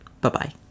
Bye-bye